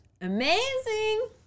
amazing